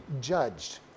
judged